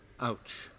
Ouch